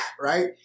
right